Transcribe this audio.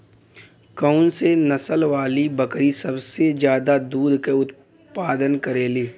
कौन से नसल वाली बकरी सबसे ज्यादा दूध क उतपादन करेली?